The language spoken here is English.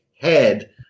head